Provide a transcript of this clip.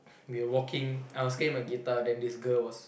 we were walking I was getting my guitar then this girl was